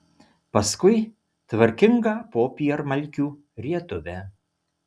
paskui tvarkingą popiermalkių rietuvę